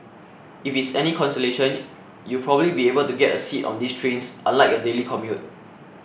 if it's any consolation you'll probably be able to get a seat on these trains unlike your daily commute